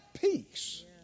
peace